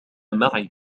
معي